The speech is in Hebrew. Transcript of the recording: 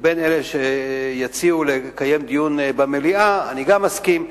ואם יציעו לקיים דיון במליאה, אני גם אסכים.